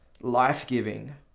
life-giving